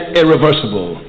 irreversible